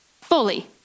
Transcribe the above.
Fully